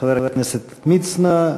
חבר הכנסת מצנע,